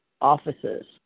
offices